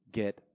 get